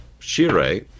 Shire